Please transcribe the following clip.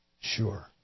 sure